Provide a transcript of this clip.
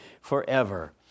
forever